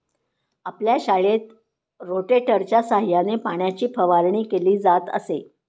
आपल्या शाळेत रोटेटरच्या सहाय्याने पाण्याची फवारणी केली जात असे